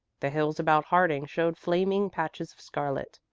the hills about harding showed flaming patches of scarlet,